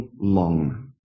long